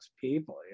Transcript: people